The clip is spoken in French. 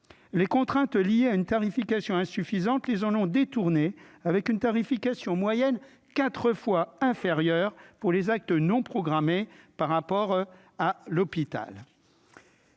les contraintes liées à une tarification insuffisantes les en ont détourné avec une tarification en moyenne 4 fois inférieur pour les actes non programmés par rapport à l'hôpital.